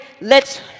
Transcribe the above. lets